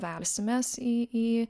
velsimės į į